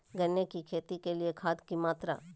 गन्ने की खेती के लिए खाद की मात्रा?